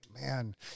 man